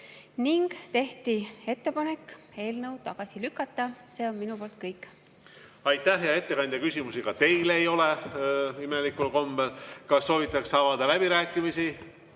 Ning tehti ettepanek eelnõu tagasi lükata. See on minu poolt kõik. Aitäh, hea ettekandja! Küsimusi ka teile ei ole, imelikul kombel. Kas soovitakse avada läbirääkimisi?